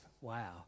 Wow